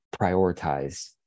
prioritize